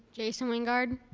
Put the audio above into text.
jason weingard.